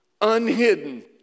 unhidden